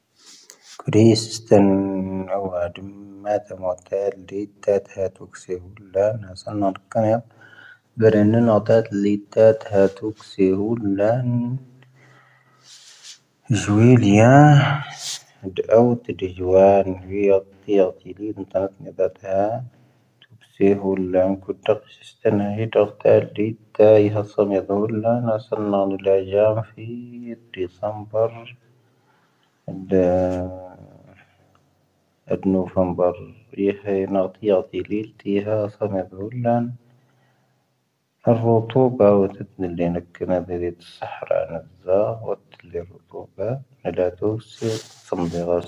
ⴽⵔⴻⵉⵙ ⵙⵓⵙ ⵜⴻⵏⵏⴰⵡⴰ ⴷⴻⵉⵏ ⵎⴰⴰⵜⴰ ⵡⴰⵇⵇⴻⵏ ⴷⵉⴽⴻ ⵜⴻⵜ ⵀⴻⵍ ⵀⴰⵙⴰⵏ ⵡⴰⵔⵇⴰⵢⴻⵏ ⵏⵣⴰⵔⴻⵏ ⵀⵓⵜⴰⵢⴻⵏ ⵍⵉⵜⵜⵜⴰⵜ ⵜⵓⴽ ⵙⵉⵔⵓⵍⵍⴰ ⵣⵓⵡⴰⵉⵍⵢⴰ ⴼⵉⵀⵓⵍ ⵍⴰⵏ ⵜⵉⵜⵜⴰⵀ ⴽⵓⵍⴰⵏ ⵜⵀⵓⵊⴰⵏ ⴼⵉⴻ ⴷⵉcⴻⵎⴱⴻⵔ ⵀⴰⵔ ⵏⵓⴼⴻⵎⴱⴰⵔ ⵡⴰⵜⵓⴽⴽⴻⵉⵏ ⵀⴰⵍⴰ ⵜⵓⵜⵓ ⴼⵉⴻⵏⵙ.